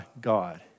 God